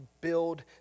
build